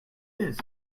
his